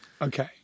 Okay